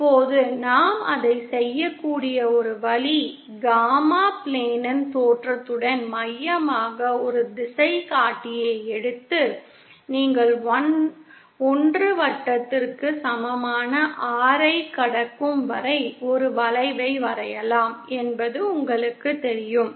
இப்போது நாம் அதைச் செய்யக்கூடிய ஒரு வழி காமா பிளேனின் தோற்றத்துடன் மையமாக ஒரு திசைகாட்டியை எடுத்து நீங்கள் 1 வட்டத்திற்கு சமமான R ஐக் கடக்கும் வரை ஒரு வளைவை வரையலாம் என்பது உங்களுக்குத் தெரியும்